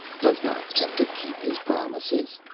does not kepta keep his promises?